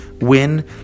win